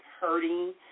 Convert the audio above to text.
hurting